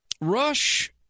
Rush